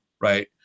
Right